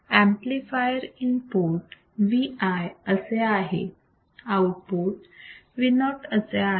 amplifier input Vi असे आहे output Vo असे आहे